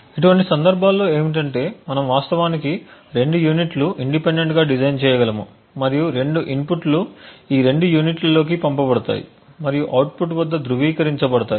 ఇటువంటి సందర్భాల్లో ఏమిటంటే మనం వాస్తవానికి రెండు యూనిట్లు ఇండిపెండెంట్ గా డిజైన్ చేయగలము మరియు రెండు ఇన్పుట్ లు ఈ రెండు యూనిట్లలోకి పంపబడతాయి మరియు అవుట్పుట్ వద్ద ధృవీకరించబడతాయి